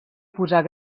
posar